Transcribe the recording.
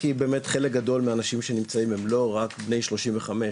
כי באמת חלק גדול מהאנשים שנמצאים הם לא רק בני 35,